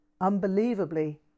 unbelievably